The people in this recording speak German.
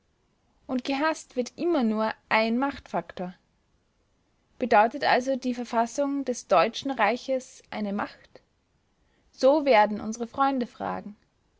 und gehaßt wird immer nur ein machtfaktor bedeutet also die verfassung des deutschen reiches eine macht so werden unsere freunde fragen